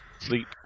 Sleep